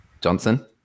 Johnson